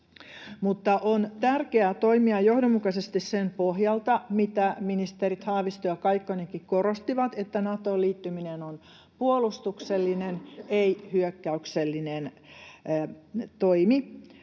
Mutta on tärkeää toimia johdonmukaisesti sen pohjalta, mitä ministerit Haavisto ja Kaikkonenkin korostivat, että Natoon liittyminen on puolustuksellinen, ei hyökkäyksellinen toimi.